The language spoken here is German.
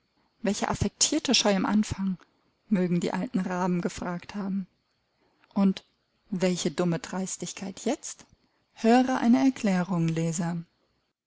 welche affektierte scheu im anfang mögen die alten raben gefragt haben und welche dumme dreistigkeit jetzt höre eine erklärung leser